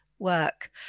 Work